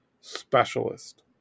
specialist